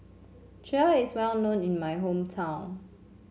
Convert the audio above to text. kheer is well known in my hometown